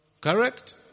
Correct